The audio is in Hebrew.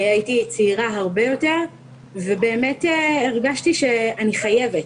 הייתי הרבה יותר צעירה ובאמת הרגשתי שאני חייבת,